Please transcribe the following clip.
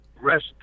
rest